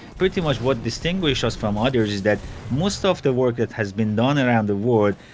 pretty much what distinguishes us from others is that most of the work that has been done around the world,